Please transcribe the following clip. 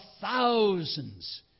thousands